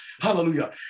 Hallelujah